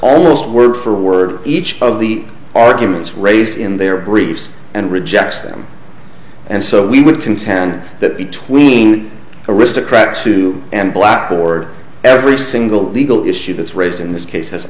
almost word for word each of the arguments raised in their briefs and rejects them and so we would contend that between aristocrats two and blackboard every single legal issue that's raised in this case has